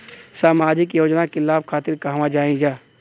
सामाजिक योजना के लाभ खातिर कहवा जाई जा?